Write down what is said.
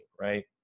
right